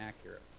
accurate